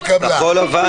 הרוויזיה לא התקבלה.